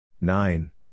Nine